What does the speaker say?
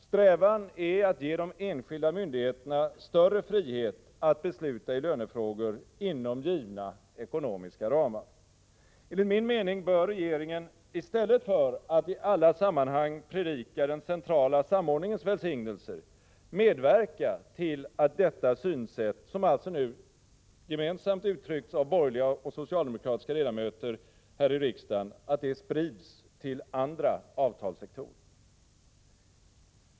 Strävan är att ge de enskilda myndigheterna större frihet att besluta i lönefrågor inom givna ekonomiska ramar. Enligt min mening bör regeringen i stället för att i alla sammanhang predika den centrala samordningens välsignelse medverka till att detta synsätt, som nu gemensamt uttrycks av borgerliga och socialdemokratiska ledamöter här i riksdagen, sprids till andra avtalssektorer.